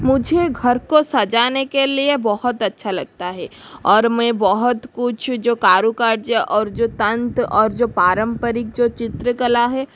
मुझे घर को सजाने के लिए बहुत अच्छा लगता है और मैं बहुत कुछ जो कारोकाज और जो तंत और जो पारम्परिक जो चित्रकला है